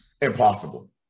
impossible